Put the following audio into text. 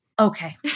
Okay